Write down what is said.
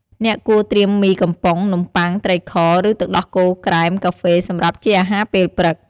អ្នកគួរត្រៀមមីកំប៉ុង នំបុ័ង ត្រីខ ឬទឹកដោះគោក្រែម កាហ្វេ សម្រាប់ជាអាហារពេលព្រឹក ។